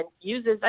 uses